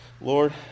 Lord